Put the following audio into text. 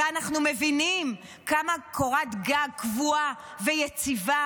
ואנחנו מבינים כמה קורת גג קבועה ויציבה